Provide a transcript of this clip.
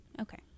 okay